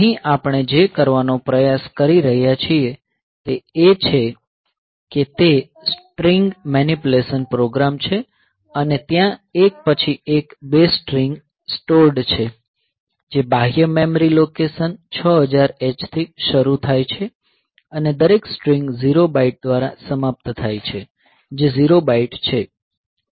અહીં આપણે જે કરવાનો પ્રયાસ કરીએ છીએ તે એ છે કે તે સ્ટ્રિંગ મેનીપ્યુલેશન પ્રોગ્રામ છે અને ત્યાં એક પછી એક 2 સ્ટ્રિંગ સ્ટોર્ડ છે જે બાહ્ય મેમરી લોકેશન 6000 H થી શરૂ થાય છે અને દરેક સ્ટ્રિંગ ઝીરો બાઇટ દ્વારા સમાપ્ત થાય છે જે ઝીરો બાઇટ છે